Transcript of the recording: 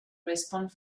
respond